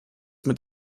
mit